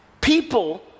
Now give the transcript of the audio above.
people